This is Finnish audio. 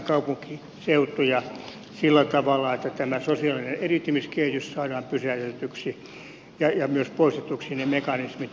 eheyttämään kaupunkiseutuja sillä tavalla että tämä sosiaalinen eriytymiskehitys saadaan pysäytetyksi ja myös poistetuksi ne mekanismit jotka sitä ruokkivat